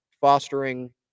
fostering